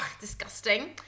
Disgusting